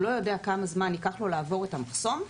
לא יודע כמה זמן ייקח לו לעבור את המחסום,